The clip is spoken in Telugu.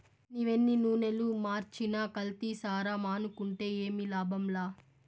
నీవెన్ని నూనలు మార్చినా కల్తీసారా మానుకుంటే ఏమి లాభంలా